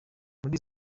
muri